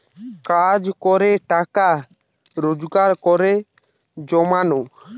কাজ করে টাকা রোজগার করে জমানো